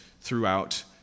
throughout